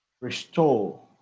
restore